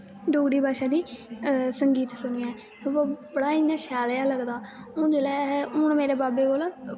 डोगरी भाशा दे संगीत सुनियै बड़ा इ'यां शैल जेहा लगदा हून जिसलै हून मेरे बाबे कोल